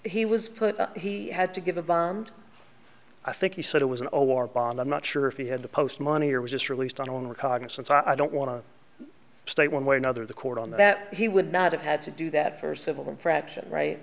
he was put he had to give a bond i think he said it was an award bond i'm not sure if he had to post money or was just released on own recognizance i don't want to state one way or another the court on that he would not have had to do that for civil infraction right